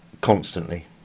Constantly